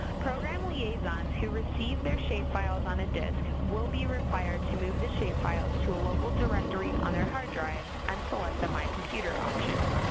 program liaisons who received their shapefiles on a disc will be required to move the shapefiles to a local directory on their hard drive and select the my computer option.